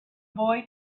boy